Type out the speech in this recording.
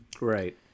Right